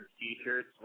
t-shirts